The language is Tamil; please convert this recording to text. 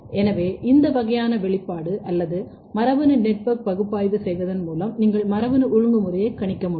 எனவே இந்த வகையான வெளிப்பாடு அல்லது மரபணு நெட்வொர்க் பகுப்பாய்வு செய்வதன் மூலம் நீங்கள் மரபணு ஒழுங்குமுறையை கணிக்க முடியும்